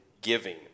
giving